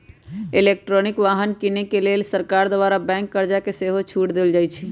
electric वाहन किने के लेल सरकार द्वारा बैंक कर्जा पर सेहो छूट देल जाइ छइ